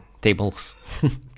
tables